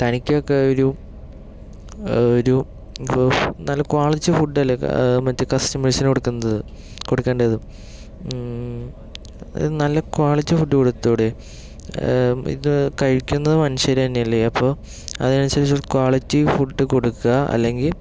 തനിക്ക് ഒക്കെ ഒരു ഒരു നല്ല ക്വാളിറ്റി ഫുഡ് അല്ലേ മറ്റേ കസ്റ്റമേഴ്സിന് കൊടുക്കുന്നത് കൊടുക്കേണ്ടത് നല്ല ക്വാളിറ്റി ഫുഡ് കൊടുത്തൂടെ ഇത് കഴിക്കുന്ന മനുഷ്യർ തന്നെയല്ലേ അപ്പോൾ അതിന് അനുസരിച്ച് ക്വാളിറ്റി ഫുഡ് കൊടുക്കുക അല്ലെങ്കിൽ